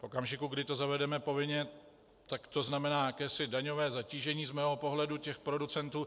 V okamžiku, kdy to zavedeme povinně, tak to znamená jakési daňové zatížení z mého pohledu těch producentů.